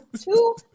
two